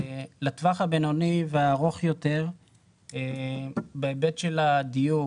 לטווח הבינוני והארוך יותר בהיבט של הדיור,